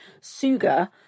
Suga